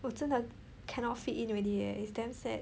我真的 cannot fit in already eh is damn sad